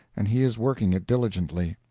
and he is working it diligently.